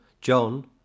John